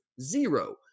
zero